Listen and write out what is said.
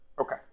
Okay